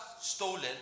stolen